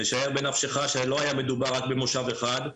שער בנפשך שלא היה מדובר רק במושב אחד,